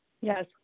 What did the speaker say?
Yes